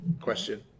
question